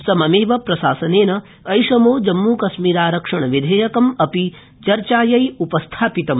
सममेव प्रशसनेन ऐषमो जम्मूकश्मीरारक्षण विधेयकम् अपि चचयि उपस्थापितम्